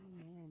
Amen